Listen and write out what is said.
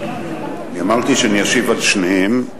אני אמרתי שאני אשיב על שניהם.